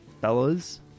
fellas